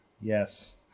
Yes